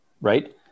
right